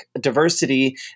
diversity